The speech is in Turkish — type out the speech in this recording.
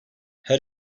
her